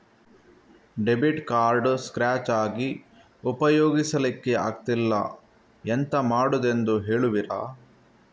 Debit card scratch ಆಗಿ ಉಪಯೋಗಿಸಲ್ಲಿಕ್ಕೆ ಆಗ್ತಿಲ್ಲ, ಎಂತ ಮಾಡುದೆಂದು ಹೇಳುವಿರಾ?